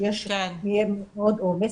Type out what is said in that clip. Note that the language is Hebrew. כשיש מאוד עומס,